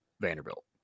Vanderbilt